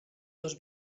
dos